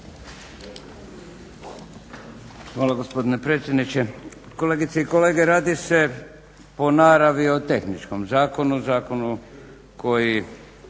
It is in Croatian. Hvala gospodine predsjedniče. Kolegice i kolege, radi se po naravi o tehničkom zakonu, zakonu kako